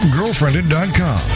Girlfriended.com